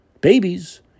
Babies